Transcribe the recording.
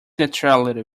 neutrality